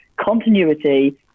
continuity